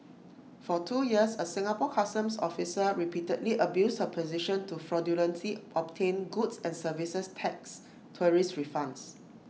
for two years A Singapore Customs officer repeatedly abused her position to fraudulently obtain goods and services tax tourist refunds